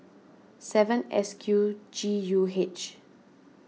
seven S Q G U H